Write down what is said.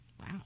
Wow